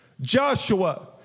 Joshua